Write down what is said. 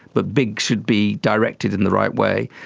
but big should be directed in the right way.